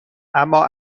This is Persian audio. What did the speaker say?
اما